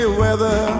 weather